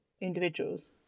individuals